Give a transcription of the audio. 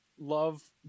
love